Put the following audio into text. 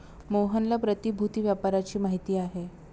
मोहनला प्रतिभूति व्यापाराची माहिती आहे